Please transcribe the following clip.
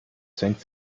zwängt